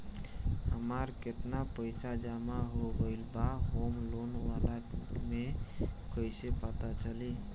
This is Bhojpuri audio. हमार केतना पईसा जमा हो गएल बा होम लोन वाला मे कइसे पता चली?